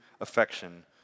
affection